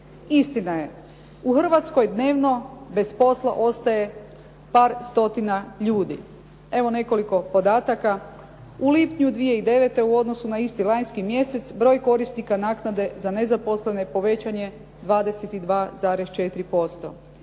Istina je, u Hrvatskoj dnevno ostaje bez posla par stotina ljudi. Evo nekoliko podataka. U lipnju 2009. u odnosu na isti lanjski mjesec broj korisnika naknade za nezaposlene povećan je 22,4%.